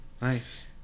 Nice